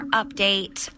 update